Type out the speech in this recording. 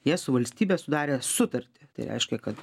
jie su valstybe sudarė sutartį tai reiškia kad